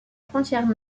frontière